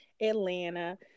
Atlanta